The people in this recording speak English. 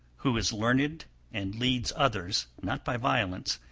who is learned and leads others, not by violence,